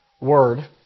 word